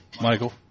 Michael